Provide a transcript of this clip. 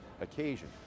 occasion